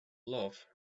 love